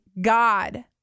God